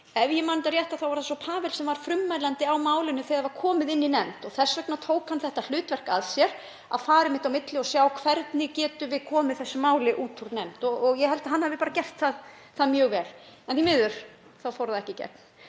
Ef ég man þetta rétt þá var það svo Pawel sem var frummælandi á málinu þegar það var komið inn í nefnd og þess vegna tók hann þetta hlutverk að sér að fara á milli og sjá hvernig við gætum komið þessu máli út úr nefnd og ég held að hann hafi gert það mjög vel. En því miður fór það ekki í gegn.